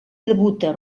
debuta